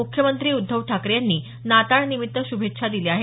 मुख्यमंत्री उद्धव ठाकरे यांनी नाताळानिमित्त श्भेच्छा दिल्या आहेत